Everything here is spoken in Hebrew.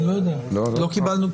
לא קיבלנו.